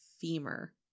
femur